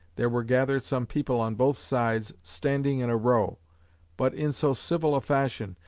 there were gathered some people on both sides, standing in a row but in so civil a fashion,